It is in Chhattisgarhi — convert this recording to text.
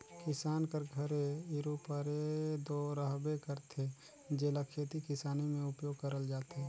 किसान कर घरे इरूपरे दो रहबे करथे, जेला खेती किसानी मे उपियोग करल जाथे